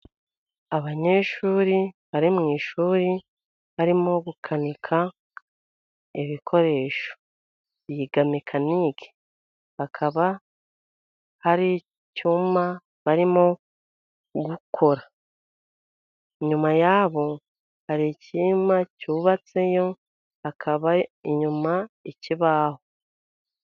Abanyeshuri bari mu ishuri, barimo gukanika ibikoresho biga mekanike, bakaba hari icyuma barimo gukora, inyuma yabo hari icyuma cyubatseyo hakaba inyuma ikibaho.